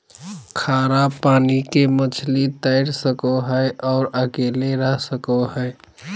खारा पानी के मछली तैर सको हइ और अकेले रह सको हइ